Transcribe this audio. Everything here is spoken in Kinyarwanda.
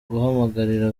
guhamagarira